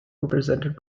represented